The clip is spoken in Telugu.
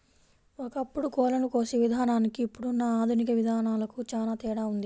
ఒకప్పుడు కోళ్ళను కోసే విధానానికి ఇప్పుడున్న ఆధునిక విధానాలకు చానా తేడా ఉంది